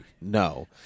No